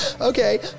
Okay